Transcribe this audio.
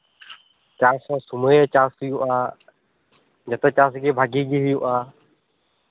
ᱪᱟᱥ ᱦᱚᱸ ᱥᱚᱢᱚᱭ ᱨᱮ ᱪᱟᱥ ᱦᱩᱭᱩᱜᱼᱟ ᱡᱚᱛᱚ ᱪᱟᱥᱜᱮ ᱵᱷᱟᱜᱮ ᱜᱮ ᱦᱩᱭᱩᱜᱼᱟ